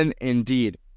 indeed